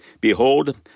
Behold